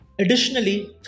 Additionally